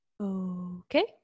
Okay